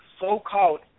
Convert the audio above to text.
so-called